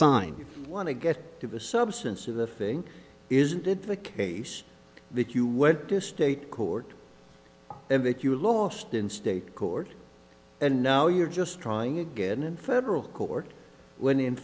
get to the substance of the thing isn't it the case that you went to state court and that you lost in state court and now you're just trying again in federal court when in